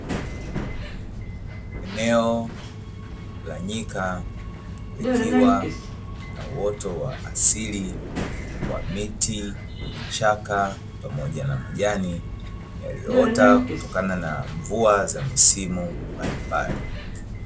Eneo la nyika likiwa na uoto wa asili wa miti, vichaka pamoja na majani yaliyoota kutokana na mvua za misimu mbalimbali .